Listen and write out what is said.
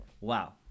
Wow